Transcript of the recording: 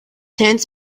hands